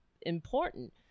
important